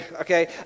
Okay